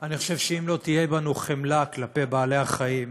אני חושב שאם לא תהיה בנו חמלה כלפי בעלי החיים,